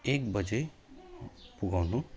एक बजे पुर्याउनु